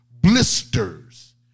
blisters